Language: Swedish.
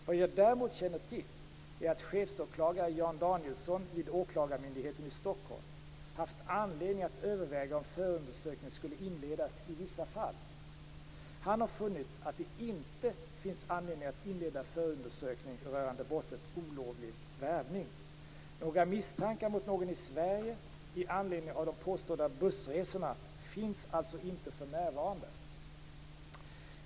Vad jag däremot känner till är att chefsåklagare Jan Danielsson vid Åklagarmyndigheten i Stockholm haft anledning att överväga om förundersökning skulle inledas i vissa fall. Han har funnit att det inte finns anledning att inleda förundersökning rörande brottet olovlig värvning. Några misstankar mot någon i Sverige i anledning av de påstådda bussresorna finns alltså inte för närvarande.